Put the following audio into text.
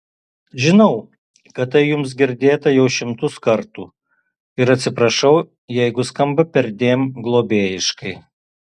žinau kad tai jums girdėta jau šimtus kartų ir atsiprašau jeigu skamba perdėm globėjiškai